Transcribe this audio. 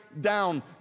down